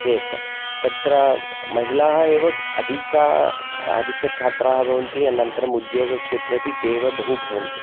चेत् तत्र महिलाः एव अधिका अधिकछात्राः भवन्ति अनन्तरम् उद्योगक्षेत्रे अपि ते एव बहु भवन्ति